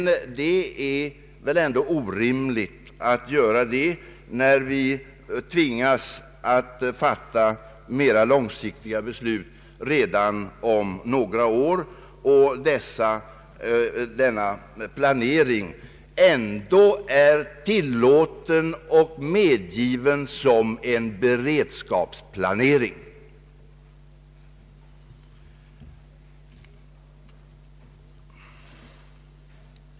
Ett sådant tillmötesgående är inte nödvändigt, eftersom vi redan om några år tvingas att fatta mera långsiktiga beslut och denna planeringsnivå enligt medgivande får användas i form av beredskapsplanering.